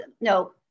no